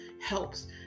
helps